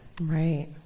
Right